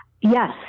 Yes